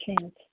chance